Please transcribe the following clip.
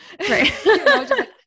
Right